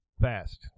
fast